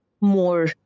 more